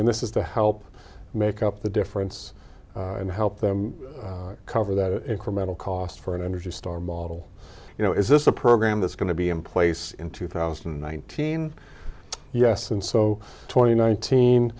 and this is to help make up the difference and help them cover that incremental cost for an energy star model you know is this a program that's going to be in place in two thousand and nineteen yes and so twenty nine